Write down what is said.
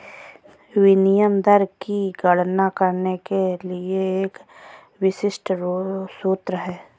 विनिमय दर की गणना करने के लिए एक विशिष्ट सूत्र है